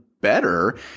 better